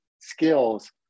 skills